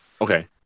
Okay